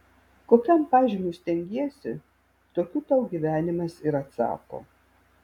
kokiam pažymiui stengiesi tokiu tau gyvenimas ir atsako